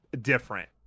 different